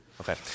Okay